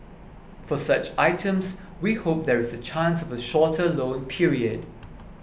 for such items we hope there is a chance of a shorter loan period